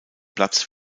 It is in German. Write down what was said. platz